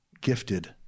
gifted